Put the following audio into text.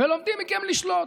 ולומדים מכם לשלוט.